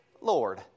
Lord